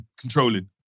controlling